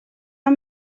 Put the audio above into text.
are